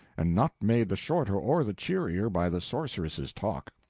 and not made the shorter or the cheerier by the sorceress's talk,